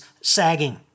sagging